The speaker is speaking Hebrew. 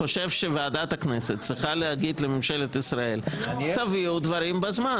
אני חושב שוועדת הכנסת צריכה להגיד לממשלת ישראל: תביאו דברים בזמן.